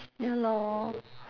ya lor